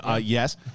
Yes